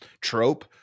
trope